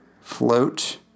float